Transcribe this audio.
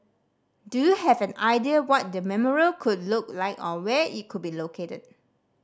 do you have an idea what the memorial could look like or where it could be located